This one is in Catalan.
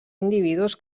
individus